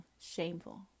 shameful